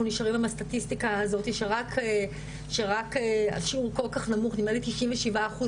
נשארים עם הסטטיסטיקה הזאת שהשיעור כל כך נמוך נדמה לי 97 אחוז